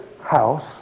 house